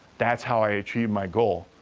that's how i achieved my goal.